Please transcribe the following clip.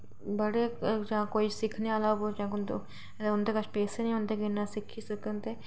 बड़े कोई जां सिक्खने आह्ला उंदे कोल पेशैंस निं होंदे कि ओह् सिक्खी सकन